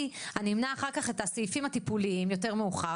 אני אמנע אחר כך את הסעיפים הטיפוליים יותר מאוחר,